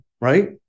right